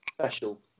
special